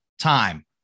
time